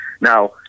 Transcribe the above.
Now